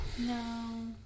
No